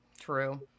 True